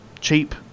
cheap